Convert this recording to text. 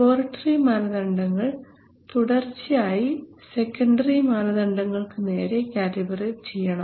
laboratory മാനദണ്ഡങ്ങൾ തുടർച്ചയായി secondary മാനദണ്ഡങ്ങൾക്ക് നേരെ കാലിബറേറ്റ് ചെയ്യണം